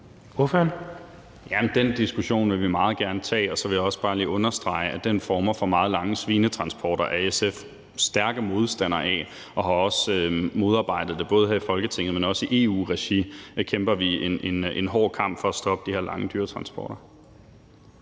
Den diskussion vil vi meget gerne tage. Så vil jeg også bare lige understrege, at den form for meget lange svinetransporter er SF stærke modstandere af, og vi har også modarbejdet det her i Folketinget, og i EU-regi kæmper vi en hård kamp for at stoppe de her lange dyretransporter.